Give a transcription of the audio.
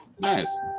nice